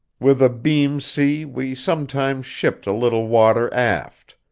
with a beam sea we sometimes shipped a little water aft.